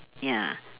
ya